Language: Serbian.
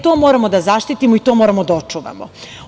To moramo da zaštitimo i to moramo da očuvamo.